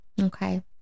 Okay